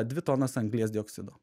dvi tonas anglies dioksido